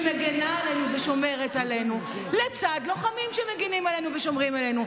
שמגינה עלינו ושומרת עלינו לצד לוחמים שמגינים עלינו ושומרים עלינו?